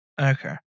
Okay